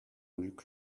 luc